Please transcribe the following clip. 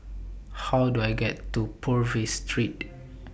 How Do I get to Purvis Street